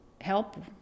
help